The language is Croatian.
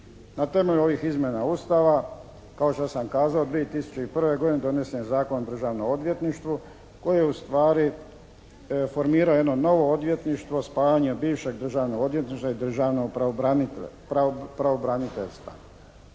Na temelju ovih izmjena Ustava kao što sam kazao 2001. godine donesen je Zakon o Državnom odvjetnišvu koji je ustvari formirao jedno novo odvjetništvo spajanjem bivšeg Državnog odvjetništva i Državnog pravobraniteljstva.